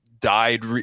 died